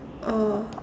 oh